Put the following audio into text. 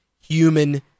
human